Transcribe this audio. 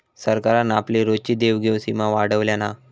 सरकारान आपली रोजची देवघेव सीमा वाढयल्यान हा